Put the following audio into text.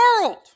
world